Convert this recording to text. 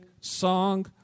song